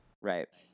Right